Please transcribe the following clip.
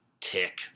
Tick